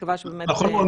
מקווה שבאמת אז יפה.